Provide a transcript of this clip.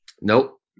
Nope